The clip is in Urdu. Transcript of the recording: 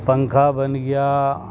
پنکھا بن گیا